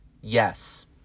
Yes